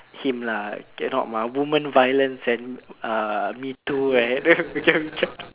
him lah cannot mah woman violence leh uh me too right